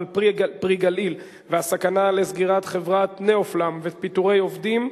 "פרי הגליל" וחברת "נאופלם" ופיטורי עובדים,